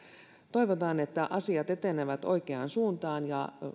toivotaan että asiat etenevät oikeaan suuntaan ja